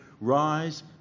rise